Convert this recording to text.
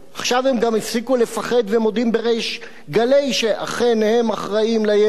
עכשיו הם גם הפסיקו לפחד והם מודים בריש גלי שאכן הם אחראים לירי.